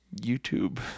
YouTube